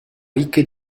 ricche